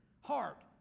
heart